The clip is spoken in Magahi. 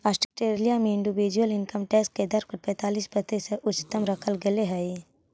ऑस्ट्रेलिया में इंडिविजुअल इनकम टैक्स के दर पैंतालीस प्रतिशत उच्चतम रखल गेले हई